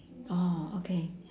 oh okay